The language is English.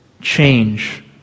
Change